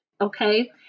Okay